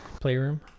Playroom